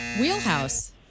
Wheelhouse